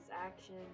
action